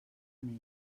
més